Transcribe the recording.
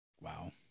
Wow